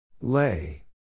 Lay